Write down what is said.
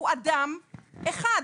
הוא אדם אחד,